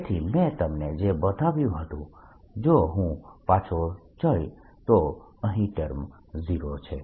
તેથી મેં તમને જે બતાવ્યું હતું સમય સંદર્ભ લો 2011 જો હું પાછો જઉં તો અહીં આ ટર્મ 0 છે